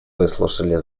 выслушали